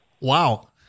Wow